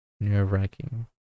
nerve-wracking